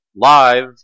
live